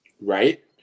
right